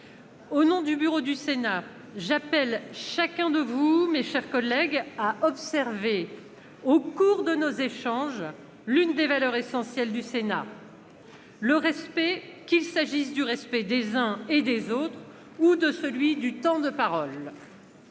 Au nom du Bureau du Sénat, j'appelle chacun de vous, mes chers collègues, à observer au cours de nos échanges l'une des valeurs essentielles du Sénat : le respect, qu'il s'agisse du respect des uns et des autres ou de celui du temps de parole.